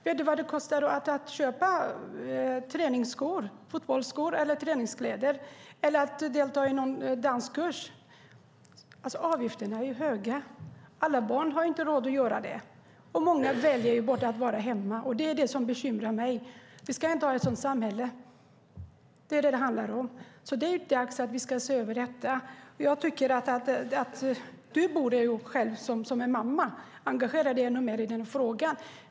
Vet du vad det kostar att köpa fotbollsskor eller träningskläder eller att delta i någon danskurs? Avgifterna är höga. Alla barn har inte råd att vara med, och många får därför vara hemma. Det är det som bekymrar mig. Vi ska inte ha ett sådant samhälle, det är vad det handlar om. Det är dags att se över detta. Jag tycker att du som själv är mamma borde engagera dig ännu mer i frågan.